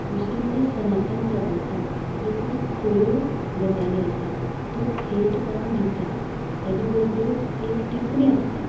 दुसरें म्हणजे सनातन प्रभातांत ह्यो कितें खऱ्यो गजाली आसात त्यो थेटपणान दितात तेजे बरोबरूच एक टिपणी आसता